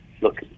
look